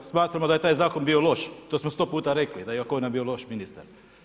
Smatramo da je taj zakon bio loš, to smo sto puta rekli da je Jakovina bio loš ministar.